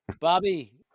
Bobby